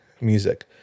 music